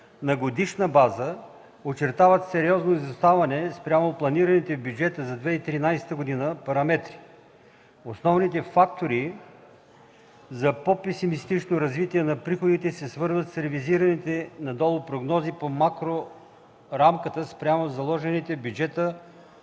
на годишна база очертават сериозно изоставане спрямо планираните с бюджета за 2013 г. параметри. Основните фактори за по-песимистично развитие на приходите се свързват с ревизираните надолу прогнози по макрорамката спрямо заложените в бюджета